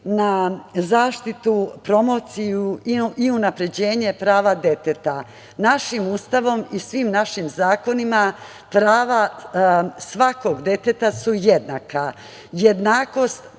na zaštitu, promociju i unapređenje prava deteta. Našim Ustavom i svim našim zakonima prava svakog deteta su jednaka. Jednakost